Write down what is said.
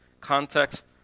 context